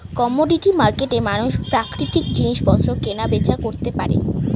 commodity মার্কেটে মানুষ প্রাকৃতিক জিনিসপত্র কেনা বেচা করতে পারে